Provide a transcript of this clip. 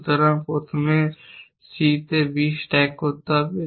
সুতরাং প্রথমে C তে B স্ট্যাক করতে হবে